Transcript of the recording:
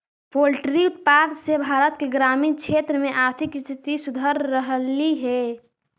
poultry उत्पाद से भारत के ग्रामीण क्षेत्र में आर्थिक स्थिति सुधर रहलई हे